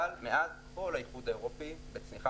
אבל מאז כל האיחוד האירופי בצניחה